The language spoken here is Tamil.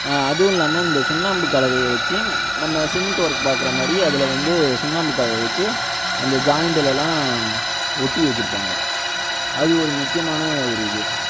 அதுவும் இல்லாம இந்த சுண்ணாம்பு கலவையை வச்சு நம்ம சிமெண்டு ஒர்க் பார்க்குற மாதிரியே அதில் வந்து சுண்ணாம்பு கலவையை வச்சு அந்த ஜாயிண்டுலலாம் ஒட்டி வச்சியிருப்பாங்க அது ஒரு முக்கியமான ஒரு இது